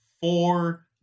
four